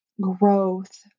growth